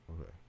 Okay